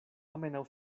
almenaŭ